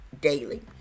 daily